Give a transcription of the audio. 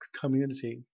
community